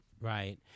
right